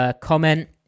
Comment